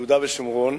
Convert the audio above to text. יהודה ושומרון,